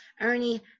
Ernie